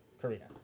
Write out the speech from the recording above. Karina